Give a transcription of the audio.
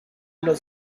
los